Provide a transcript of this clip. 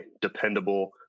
dependable